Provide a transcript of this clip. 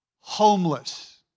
homeless